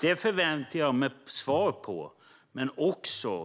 Jag förväntar mig svar på mina frågor.